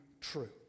true